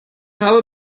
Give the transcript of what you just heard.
habe